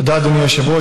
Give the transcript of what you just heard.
תודה, אדוני היושב-ראש.